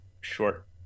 short